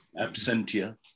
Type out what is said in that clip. Absentia